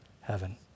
heaven